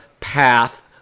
path